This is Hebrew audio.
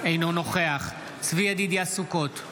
אינו נוכח צבי ידידיה סוכות,